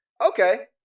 Okay